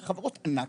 חברות ענק,